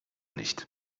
nicht